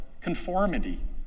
conformity